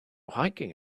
hiking